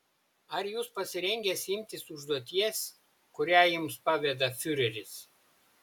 ar jūs pasirengęs imtis užduoties kurią jums paveda fiureris